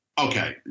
okay